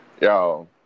Yo